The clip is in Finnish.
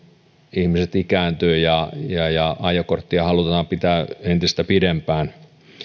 ihmiset ikääntyvät ja ja ajokortti halutaan pitää entistä pidempään